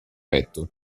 petto